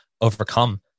overcome